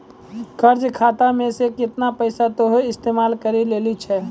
कर्जा खाता मे से केतना पैसा तोहें इस्तेमाल करि लेलें छैं